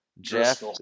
Jeff